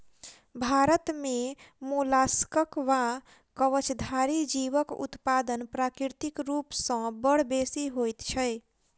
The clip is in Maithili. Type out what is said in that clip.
भारत मे मोलास्कक वा कवचधारी जीवक उत्पादन प्राकृतिक रूप सॅ बड़ बेसि होइत छै